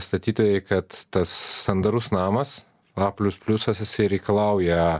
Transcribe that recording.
statytojai kad tas sandarus namas a plius pliusasjisai reikalauja